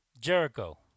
Jericho